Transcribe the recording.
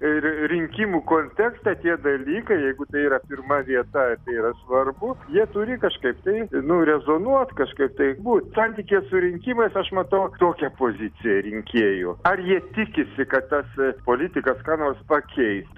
ir rinkimų kontekste tie dalykai jeigu tai yra pirma vieta yra svarbu jie turi kažkaip tai nu rezonuot kažkaip tai būti santykyje su rinkimais aš matau tokią poziciją rinkėjų ar jie tikisi kad tas politikas ką nors pakeis